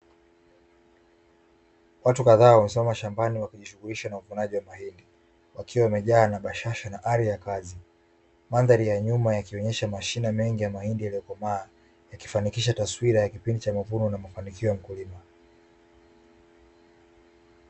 Watu kadhaa wamesimama shambani wakijishughulisha na uvunaji wa mahindi wakiwa wamejaa na bashasha na ari ya kazi. Mandhari ya nyuma yakionyesha mashamba mengi ya mahindi yaliyokomaa ikifanikisha taswira ya kipindi cha mavuno na mafanikio ya mkulima.